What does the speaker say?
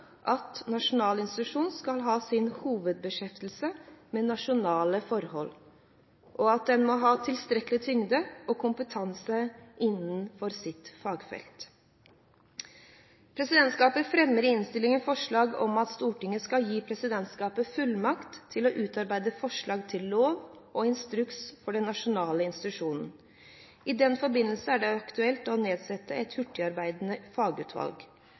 at nasjonal institusjon skal ha sin hovedbeskjeftigelse med nasjonale forhold, og at den må ha tilstrekkelig tyngde og kompetanse innenfor sitt fagfelt. Presidentskapet fremmer i innstillingen forslag om at Stortinget skal gi presidentskapet fullmakt til å utarbeide forslag til lov og instruks for den nasjonale institusjonen. I denne forbindelse er det aktuelt å nedsette et hurtigarbeidende fagutvalg.